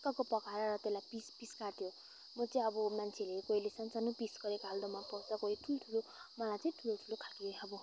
ठिक्कको पकाएर त्यसलाई पिस पिस काट्यो म चाहिँ अब मान्छेले कोहीले सानो सानो पिस गरेको आलुदम मन पराउँछ कोही ठुल्ठुलो मलाई चाहिँ ठुलो ठुलो खालको अब